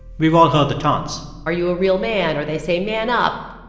we've all heard the taunts are you a real man? or they say, man up.